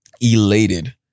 elated